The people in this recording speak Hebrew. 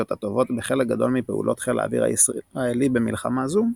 הטובות בחלק גדול מפעולות חיל האוויר הישראלי במלחמה זו,